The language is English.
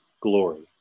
glory